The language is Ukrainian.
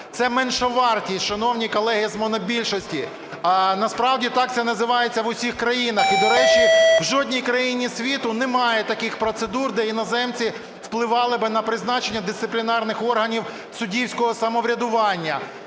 Це меншовартість, шановні колеги з монобільшості. Насправді так це називається в усіх країнах. І, до речі, в жодній країні світу немає таких процедур, де іноземці впливали би на призначення дисциплінарних органів суддівського самоврядування.